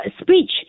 speech